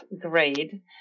grade